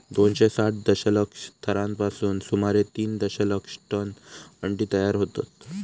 दोनशे साठ दशलक्ष थरांपासून सुमारे तीन दशलक्ष टन अंडी तयार होतत